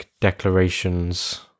declarations